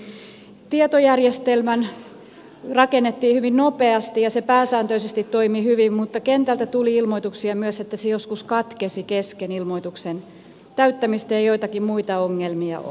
tietojärjestelmä rakennettiin hyvin nopeasti ja se pääsääntöisesti toimi hyvin mutta kentältä tuli ilmoituksia myös että se joskus katkesi kesken ilmoituksen täyttämistä ja joitakin muita ongelmia oli